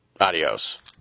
Adios